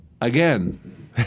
again